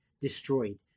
destroyed